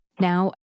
Now